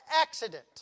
accident